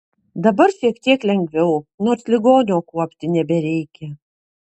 dabar šiek tiek lengviau nors ligonio kuopti nebereikia